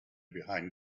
behind